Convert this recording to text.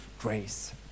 grace